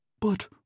But